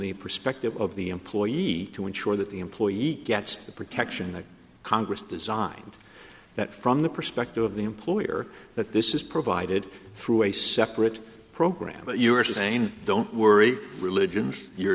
the perspective of the employee to ensure that the employee gets the protection that congress designed that from the perspective of the employer that this is provided through a separate program but you're saying don't worry religion you're